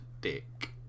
Dick